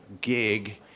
gig